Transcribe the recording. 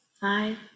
five